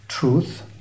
truth